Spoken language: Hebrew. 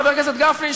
חבר הכנסת גפני,